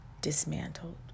dismantled